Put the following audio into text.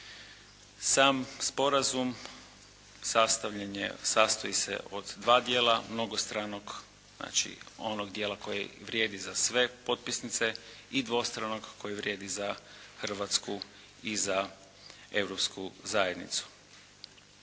je, sastoji se od dva dijela. Mnogostranog, znači onog dijela koji vrijedi za sve potpisnice i dvostranog koji vrijedi za Hrvatsku i za Europsku zajednicu.